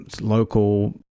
local